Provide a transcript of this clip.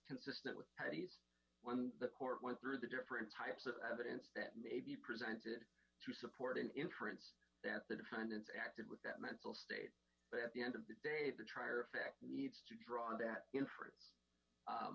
not with patti's when the court went through the different types of evidence that may be presented to support an inference that the defendants acted with that mental state but at the end of the day the trier of fact needs to draw that inference